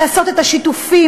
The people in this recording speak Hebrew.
לעשות את השיתופים,